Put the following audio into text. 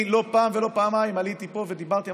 לא פעם ולא פעמיים עליתי פה ואמרתי: